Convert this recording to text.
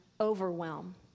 overwhelm